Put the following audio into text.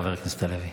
חבר הכנסת הלוי.